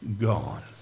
gone